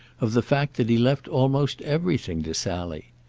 of the fact that he left almost everything to sally.